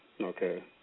Okay